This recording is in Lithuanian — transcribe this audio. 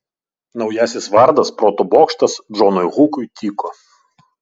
naujasis vardas proto bokštas džonui hukui tiko